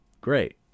great